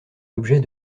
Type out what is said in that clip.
l’objet